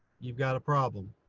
you've got a problem.